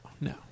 no